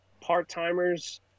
part-timers